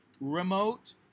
remote